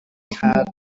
had